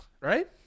Right